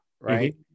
right